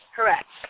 Correct